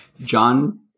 John